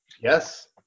Yes